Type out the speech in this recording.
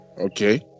Okay